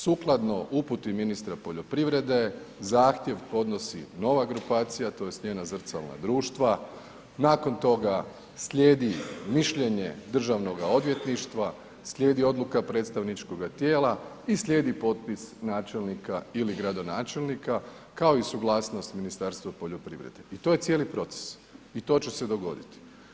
Sukladno uputi ministarstva poljoprivrede, zahtjev podnosi nova grupacija, tj. smjena zrcalna društva, nakon toga slijedi mišljenje Državnoga odvjetništva, slijedi odluka predstavničkoga tijela i slijedi potpis načelnika ili gradonačelnika, kao i suglasnost Ministarstva poljoprivrede, to je cijeli proces i to će se dogoditi.